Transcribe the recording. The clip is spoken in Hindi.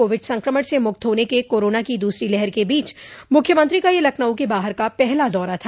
कोविड संक्रमण से मुक्त होने के कोरोना की दूसरी लहर के बीच मुख्यमंत्री का यह लखनऊ के बाहर का पहला दौरा था